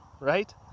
right